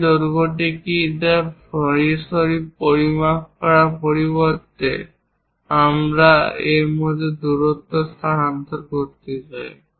সেই দৈর্ঘ্যটি কী তা সরাসরি পরিমাপ করার পরিবর্তে আমরা এর মধ্যে দূরত্ব স্থানান্তর করতে চাই